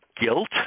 guilt